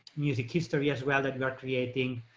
music history, as well, that we are creating.